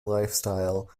lifestyle